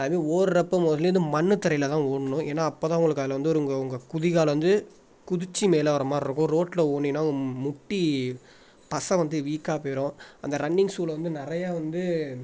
அது மாதிரி ஓடுறப்ப முதலேர்ந்து மண் தரையில் தான் ஓடணும் ஏன்னா அப்போதான் உங்களுக்கு அதில் வந்து உங்கள் உங்கள் குதிங்கால் வந்து குதிச்சு மேலே வர மாதிரி இருக்கும் ரோட்ல ஓடுனீங்கன்னா உங்கள் முட்டி பசை வந்து வீக்காக போயிடும் அந்த ரன்னிங் ஷூல வந்து நிறையா வந்து